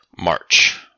March